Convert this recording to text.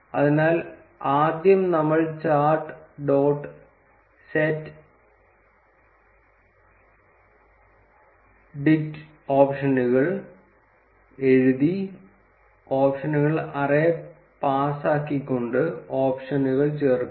അതിനാൽ ആദ്യം നമ്മൾ ചാർട്ട് ഡോട്ട് സെറ്റ് ഡിക്റ്റ് ഓപ്ഷനുകൾ എഴുതി ഓപ്ഷനുകൾ അറേ പാസാക്കിക്കൊണ്ട് ഓപ്ഷനുകൾ ചേർക്കും